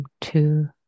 two